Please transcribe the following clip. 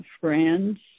friends